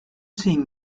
seeing